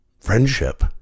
friendship